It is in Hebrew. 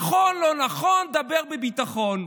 נכון, לא נכון, דבר בביטחון.